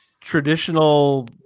traditional